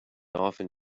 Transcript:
often